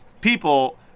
people